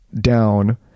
down